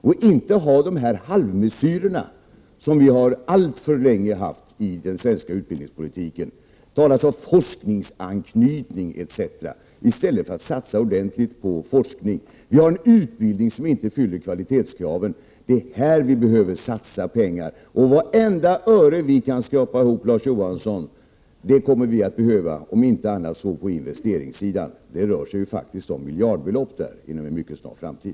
Det är i varje fall mycket bättre än de 'halvmesyrer som vi har dragits med alltför länge i den svenska utbildningspolitiken. Det talas ju om forskningsanknytning etc. Men i stället behövs det en ordentlig satsning på forskningen. Vidare har vi en utbildning som inte uppfyller de krav på kvalitet som ställs. Det är sådant här vi behöver satsa pengar på. Vartenda öre som vi kan skrapa ihop, Larz Johansson, kommer att behövas — åtminstone för investeringar. Det rör sig här faktiskt om miljardbelopp inom en mycket snar framtid.